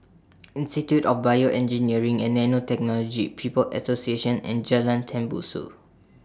Institute of Bioengineering and Nanotechnology People's Association and Jalan Tembusu